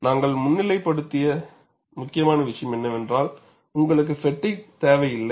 நாங்கள் முன்னிலைப்படுத்திய முக்கியமான விஷயம் என்னவென்றால் உங்களுக்கு ஃப்பெட்டிக் தேவையில்லை